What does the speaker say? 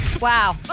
wow